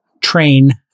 train